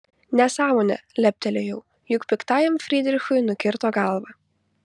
nesąmonė leptelėjau juk piktajam frydrichui nukirto galvą